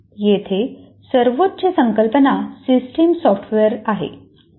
येथे सर्वोच्च संकल्पना सिस्टम सॉफ्टवेअर आहे